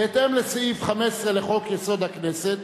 בהתאם לסעיף 15 לחוק-יסוד: הכנסת,